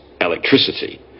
electricity